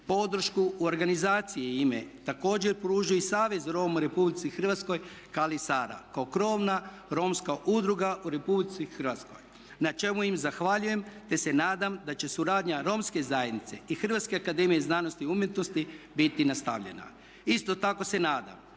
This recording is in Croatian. se ne razumije./… također pruža i Savez Roma u Republici Hrvatskoj Kali Sara kao krovna romska udruga u Republici Hrvatskoj na čemu im zahvaljujem te se nadam da će suradnja romske zajednice i HAZU biti nastavljena. Isto tako se nadam